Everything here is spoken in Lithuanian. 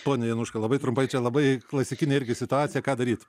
pone januška labai trumpai čia labai klasikinė irgi situacija ką daryt